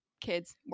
kids